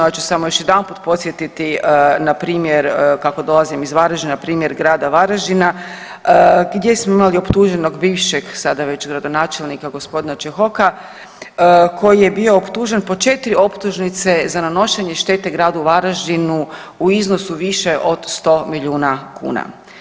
Ja ću samo još jedanput podsjetiti na primjer, kako dolazim iz Varaždina, primjer grada Varaždina gdje smo imali optuženog bivšeg sada već gradonačelnika g. Čehoka, koji je bio optužen po 4 optužnice za nanošenje štete gradu Varaždinu u iznosu više od 100 milijuna kuna.